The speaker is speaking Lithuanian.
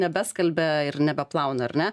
nebeskalbia ir nebeplauna ar ne